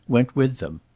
went with them.